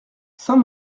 saint